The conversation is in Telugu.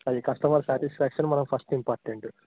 అది కస్టమర్ స్యాటిస్ఫ్యాక్షన్ మనకు ఫస్ట్ ఇంపార్టెంట్